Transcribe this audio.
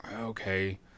okay